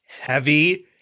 heavy